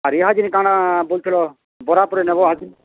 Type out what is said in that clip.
ଆର୍ ଇହାଛିନି କାଣା ବୋଲୁଥିଲ ବରା ପରେ ନେବ ଇହାଛିନି